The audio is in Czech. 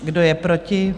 Kdo je proti?